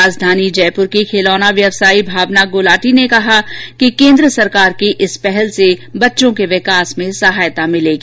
राजधानी जयपुर की खिलौना व्यवसायी भावना गुलाटी ने कहा कि केन्द्र सरकार की इस पहल से बच्चों के विकास में सहाता मिलेगी